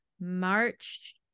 March